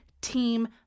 team